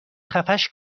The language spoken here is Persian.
خفش